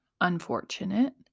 unfortunate